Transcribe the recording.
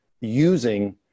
using